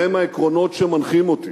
והם העקרונות שמנחים אותי.